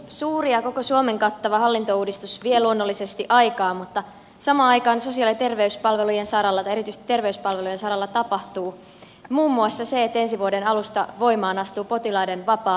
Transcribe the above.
suuri ja koko suomen kattava hallintouudistus vie luonnollisesti aikaa mutta samaan aikaan erityisesti terveyspalvelujen saralla tapahtuu muun muassa se että ensi vuoden alusta voimaan astuu potilaiden vapaa liikkuvuus